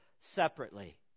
separately